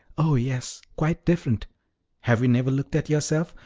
oh yes, quite different have you never looked at yourself?